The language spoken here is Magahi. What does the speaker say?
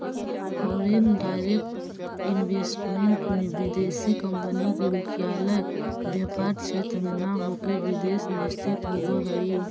फॉरेन डायरेक्ट इन्वेस्टमेंट में विदेशी कंपनी के मुख्यालय व्यापार क्षेत्र में न होके विदेश में स्थित होवऽ हई